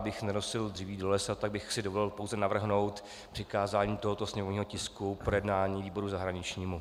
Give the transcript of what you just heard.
Abych nenosil dříví do lesa, tak bych si dovolil pouze navrhnout přikázání tohoto sněmovního tisku k projednání výboru zahraničnímu.